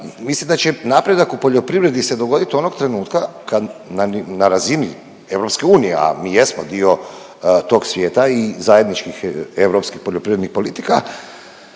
mislim da će napredak u poljoprivredi se dogodit onog trenutka kad, na razini EU, a mi jesmo dio tog svijeta i zajedničkih europskih poljoprivrednih politika,